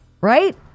right